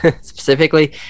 specifically